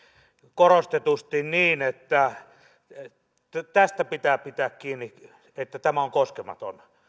korostetusti niin että pitää pitää kiinni tästä että tämä on koskematon